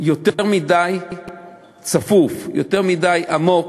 יותר מדי צפוף, יותר מדי עמוק,